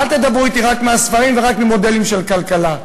אל תדברו אתי רק מהספרים ורק ממודלים של כלכלה.